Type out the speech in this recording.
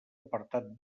apartat